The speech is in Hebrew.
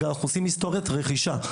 אנחנו עושים היסטוריית רכישה.